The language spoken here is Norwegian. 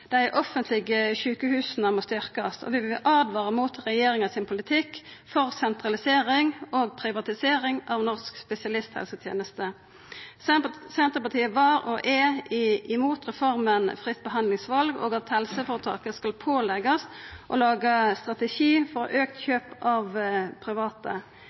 dei offentlege sjukehusa må styrkjast. Vi vil åtvara mot regjeringa sin politikk for sentralisering og privatisering av norsk spesialisthelseteneste. Senterpartiet var – og er – imot reforma Fritt behandlingsval og at helseføretaka skal påleggjast å laga ein strategi for auka kjøp av private.